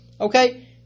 Okay